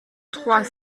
trois